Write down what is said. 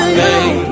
baby